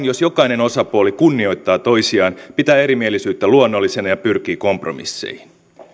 jos jokainen osapuoli kunnioittaa toisiaan pitää erimielisyyttä luonnollisena ja pyrkii kompromisseihin